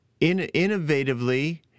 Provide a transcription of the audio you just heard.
innovatively